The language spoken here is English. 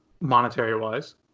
monetary-wise